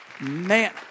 Man